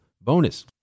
bonus